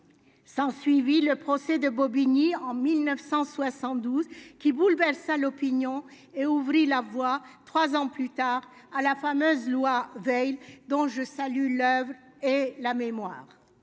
sans suivi le procès de Bobigny en 1972 qui bouleversa l'opinion et ouvrit la voie, 3 ans plus tard, à la fameuse loi Veil, dont je salue l'oeuvre et la mémoire,